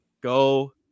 Go